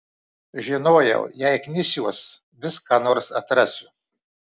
žinojau jei knisiuos vis ką nors atrasiu